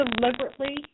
deliberately